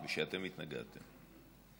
ושאתם התנגדתם.